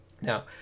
Now